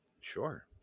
Sure